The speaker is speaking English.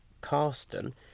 Carston